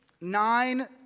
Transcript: nine